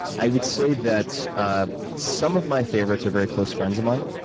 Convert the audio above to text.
i would say that ah some of my favorites are very close friends of mine.